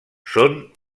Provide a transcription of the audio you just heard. són